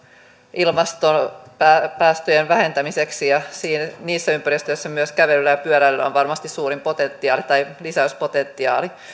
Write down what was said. ilmastopäästöjen vähentämiseksi ja niissä ympäristöissä myös kävelyllä ja pyöräilyllä on varmasti suurin lisäyspotentiaali